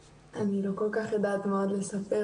אני לא כל כך יודעת מה עוד לספר.